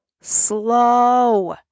slow